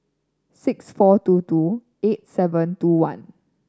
six four two two eight seven two one